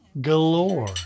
galore